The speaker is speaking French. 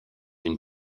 une